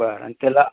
बरं आणि त्याला